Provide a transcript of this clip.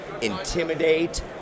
intimidate